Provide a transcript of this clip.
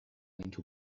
into